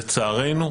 לצערנו,